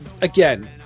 again